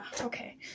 okay